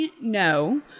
no